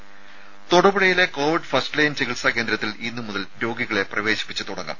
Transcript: രുമ തൊടുപുഴയിലെ covid first line ചികിത്സാ കേന്ദ്രത്തിൽ ഇന്നുമുതൽ രോഗികളെ പ്രവേശിപ്പിച്ച് തുടങ്ങും